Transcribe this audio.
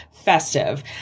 festive